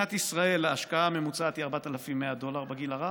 במדינת ישראל ההשקעה הממוצעת היא 4,100 דולר בגיל הרך,